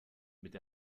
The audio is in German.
mit